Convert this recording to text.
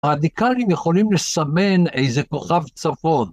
רדיקלים יכולים לסמן איזה כוכב צפון.